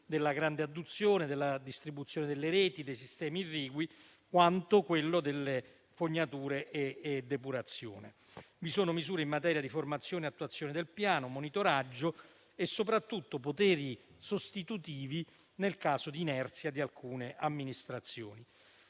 della grande adduzione, della distribuzione, delle reti e dei sistemi irrigui, quanto per quello delle fognature e della depurazione. Vi sono misure in materia di formazione e attuazione del piano di monitoraggio e, soprattutto, poteri sostitutivi nel caso di inerzia di alcune amministrazioni.